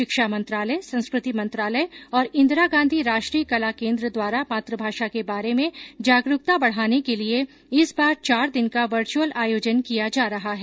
शिक्षा मंत्रालय संस्कृति मंत्रालय और इंदिरा गांधी राष्ट्रीय कला केन्द्र द्वारा मातुभाषा के बारे में जागरूकता बढाने के लिये इस बार चार दिन का वर्चअल आयोजन किया जा रहा है